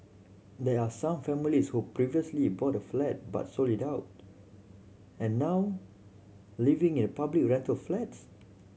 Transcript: there are some families who previously bought a flat but sold it out and now living in public rental flats